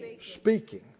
speaking